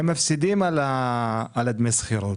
מפסידים על דמי השכירות.